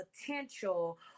potential